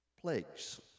plagues